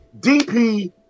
DP